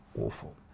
awful